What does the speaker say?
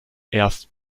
erst